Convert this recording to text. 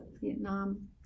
Vietnam